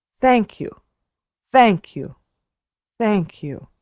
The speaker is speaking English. thank you thank you thank you!